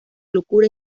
locura